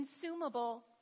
consumable